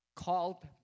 called